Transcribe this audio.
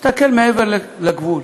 תסתכל מעבר לגבול,